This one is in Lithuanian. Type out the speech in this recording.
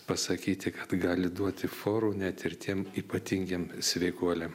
pasakyti kad gali duoti forų net ir tiem ypatingiem sveikuoliam